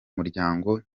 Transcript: muryango